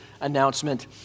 announcement